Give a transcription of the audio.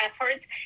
efforts